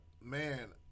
Man